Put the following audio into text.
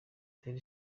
gutera